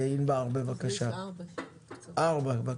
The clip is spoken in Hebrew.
ענבר בזק, בבקשה.